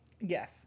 Yes